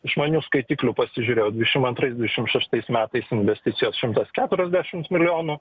išmanių skaitiklių pasižiūrėjau dvidešim antrais dvidešim šeštais metais investicijos šimtas keturiasdešimt milijonų